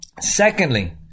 Secondly